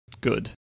good